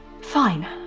Fine